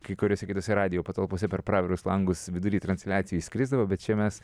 kai kuriose kitose radijo patalpose per pravirus langus vidury transliacijų įskrisdavo bet čia mes